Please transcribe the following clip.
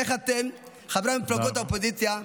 איך אתם, חברי מפלגות האופוזיציה,